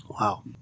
Wow